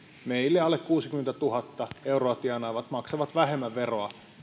meillä alle kuusikymmentätuhatta euroa tienaavat maksavat vähemmän veroa